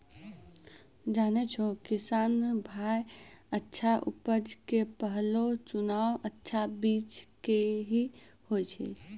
जानै छौ किसान भाय अच्छा उपज के पहलो चुनाव अच्छा बीज के हीं होय छै